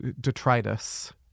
detritus